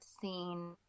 seen